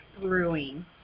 Brewing